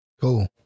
Cool